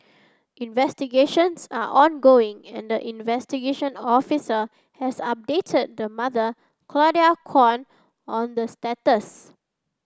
investigations are ongoing and the investigation officer has updated the mother Claudia Kwan on the status